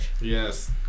yes